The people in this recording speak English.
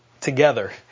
together